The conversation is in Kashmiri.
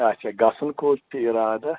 اچھا گَژھُن کوٛت چھُو اِرادٕ